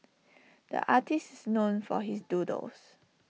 the artist is known for his doodles